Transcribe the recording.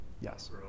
yes